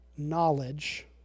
knowledge